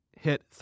hit